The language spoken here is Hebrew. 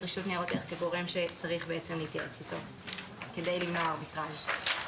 רשות ניירות ערך כגורם שצריך להתייעץ איתו כדי למנוע ארביטרז'.